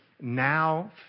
Now